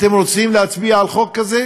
אתם רוצים להצביע על חוק כזה?